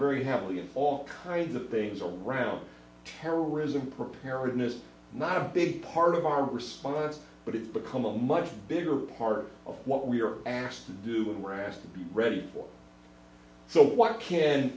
very happily and all kinds of things around terrorism preparedness not a big part of our response but it's become a much bigger part of what we are asked to do with raster ready for so what can